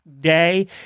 day